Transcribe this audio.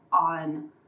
on